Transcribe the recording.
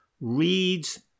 reads